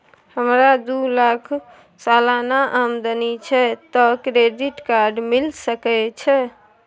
हमरा दू लाख सालाना आमदनी छै त क्रेडिट कार्ड मिल सके छै?